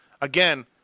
again